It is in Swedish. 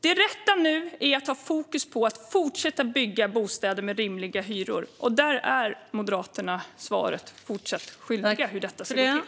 Det rätta nu är att ha fokus på att fortsätta bygga bostäder med rimliga hyror, och gällande hur det ska gå till är Moderaterna fortsatt svaret skyldiga.